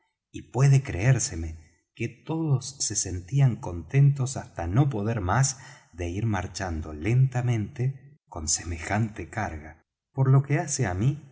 y puede creérseme que todos se sentían contentos hasta no poder más de ir marchando lentamente con semejante carga por lo que hace á mí